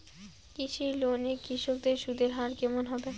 কৃষি লোন এ কৃষকদের সুদের হার কেমন হবে?